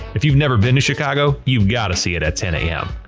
if you've never been to chicago, you've got to see it at ten am.